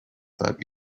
that